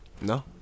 No